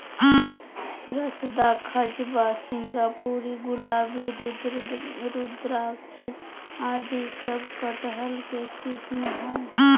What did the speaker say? रसदार, खजवा, सिंगापुरी, गुलाबी, रुद्राक्षी आदि सब कटहल के किस्म हय